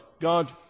God